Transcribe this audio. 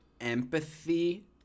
empathy